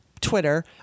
Twitter